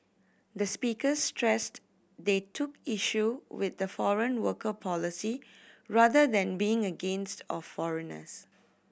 the speakers stressed they took issue with the foreign worker policy rather than being against of foreigners